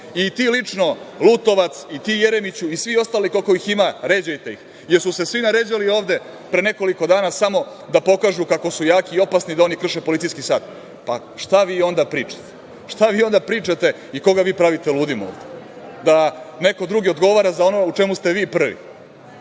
I ti lično Lutovac, i ti Jeremiću i svi ostali koliko ih ima, ređajte ih. Jer su se svi naređali ovde pre nekoliko dana samo da pokažu kako su jaki i opasni, da oni krše policijski sat. Šta vi onda pričate? Šta vi onda pričate i koga vi pravite ludim ovde? Da neko odgovara za ono u čemu ste vi prvi?